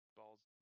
balls